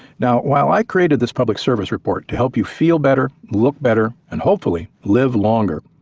now while i created this public service report to help you feel better, look better, and hopefully live longer,